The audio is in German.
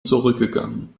zurückgegangen